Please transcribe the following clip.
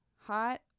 hot